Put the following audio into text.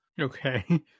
Okay